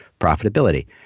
profitability